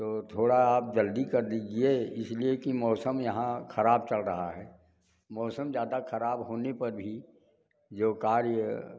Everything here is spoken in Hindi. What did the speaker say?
तो थोड़ा आप जल्दी कर दीजिए इसलिए कि मौसम यहाँ खराब चल रहा है मौसम ज़्यादा ख़राब होने पर भी जो कार्य